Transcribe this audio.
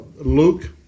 Luke